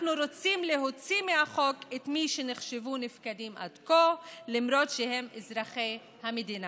רוצים להוציא מהחוק את מי שנחשבו נפקדים עד כה למרות שהם אזרחי המדינה.